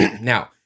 Now